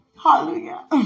Hallelujah